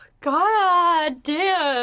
god damn!